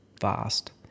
vast